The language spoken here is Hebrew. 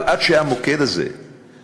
אבל עד שהמוקד הזה ואנשיו